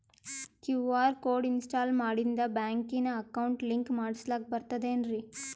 QR code install ಮಾಡಿಂದ ಬ್ಯಾಂಕಿನ account link ಮಾಡಸ್ಲಾಕ ಬರ್ತದೇನ್ರಿ